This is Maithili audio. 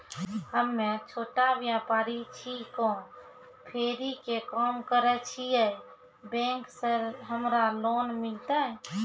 हम्मे छोटा व्यपारी छिकौं, फेरी के काम करे छियै, बैंक से हमरा लोन मिलतै?